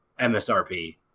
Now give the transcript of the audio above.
msrp